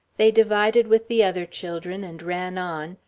they divided with the other children and ran on,